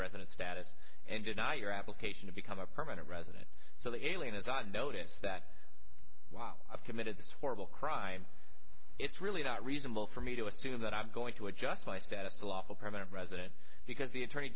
residence status and deny your application to become a permanent resident so the alien is on notice that while i've committed this horrible crime it's really not reasonable for me to assume that i'm going to adjust my status to lawful permanent resident because the attorney